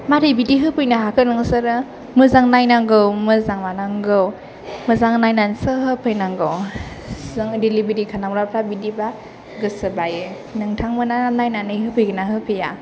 माबोरै बिदि होफैनो हाखो नोंसोरो मोजां नायनांगौ मोजां मानांगौ मोजां नायनानैसो होफैनांगौ जों दिलिभारि खालामग्राफ्रा बिदिबा गोसो बायो नोंथांमोनहा नायनानै होफैगोनना होफैया